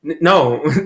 No